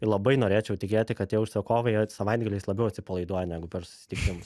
labai norėčiau tikėti kad tie užsakovai savaitgaliais labiau atsipalaiduoja negu per susitikimus